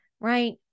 right